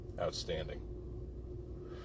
outstanding